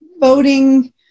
voting